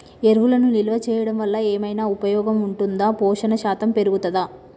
ఎరువులను నిల్వ చేయడం వల్ల ఏమైనా ఉపయోగం ఉంటుందా పోషణ శాతం పెరుగుతదా?